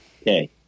Okay